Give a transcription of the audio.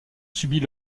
subit